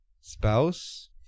spouse